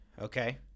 Okay